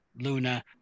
Luna